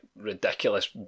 ridiculous